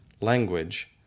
language